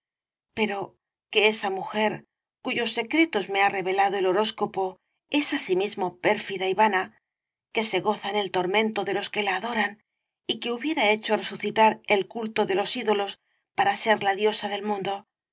pero que esa mujer cuyos secretos me ha revelado el horóscopo es asimismo pérfida y vana que se goza en el tormento de los que la adoran y que hubiera hecho resucitar el culto de los ídolos para ser la diosa del mundo